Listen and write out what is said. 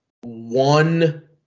one